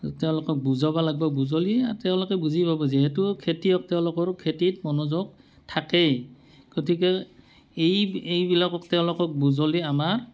তেওঁলোকক বুজাব লাগিব বুজালে তেওঁলোকে বুজি পাব যিহেতু খেতিয়ক তেওঁলোকৰ খেতিত মনোযোগ থাকেই গতিকে এই এইবিলাকক তেওঁলোকক বুজালে আমাৰ